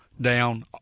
down